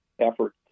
effort